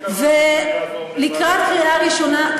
ולקראת קריאה ראשונה,